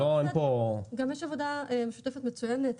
יש עבודה משותפת ומצוינת,